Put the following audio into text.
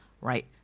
right